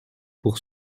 pour